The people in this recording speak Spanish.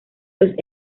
los